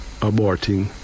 aborting